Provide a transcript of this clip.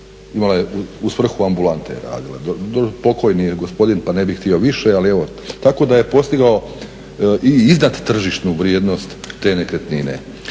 imala je, u svrhu ambulante je radila, pokojni je gospodin pa ne bih htio više, tako da je postigao i iznad tržišnu vrijednost te nekretnine.